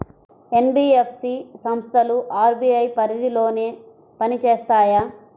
NBFC సంస్థలు RBI పరిధిలోనే పని చేస్తాయా?